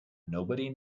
nobody